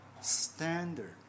standard